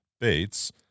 Bates